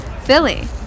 Philly